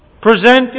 Present